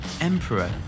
Emperor